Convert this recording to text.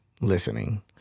listening